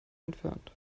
entfernt